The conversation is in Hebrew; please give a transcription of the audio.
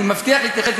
אני מבטיח להתייחס.